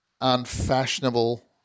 unfashionable